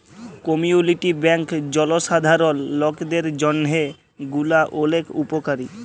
community bank জলসাধারল লকদের জন্হে গুলা ওলেক উপকারী